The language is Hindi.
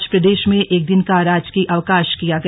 आज प्रदेश में एक दिन का राजकीय अवकाश किया गया